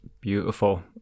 beautiful